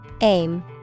Aim